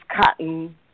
cotton